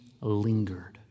lingered